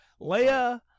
Leia